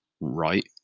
right